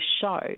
show